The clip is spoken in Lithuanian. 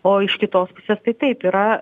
o iš kitos pusės tai taip yra